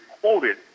quoted